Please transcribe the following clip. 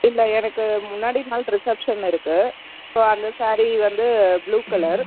இல்லை எனக்கு முன்னாடி நாள் ரிசப்ஷன் இருக்குது ஸோ அந்த சாரீ வந்து ப்ளூ கலர்